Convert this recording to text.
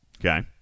Okay